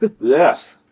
Yes